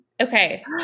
okay